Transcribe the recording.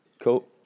Cool